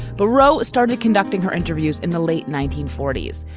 barrow started conducting her interviews in the late nineteen forty s.